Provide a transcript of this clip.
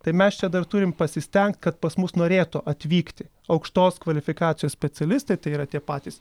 tai mes čia dar turim pasistengt kad pas mus norėtų atvykti aukštos kvalifikacijos specialistai tai yra tie patys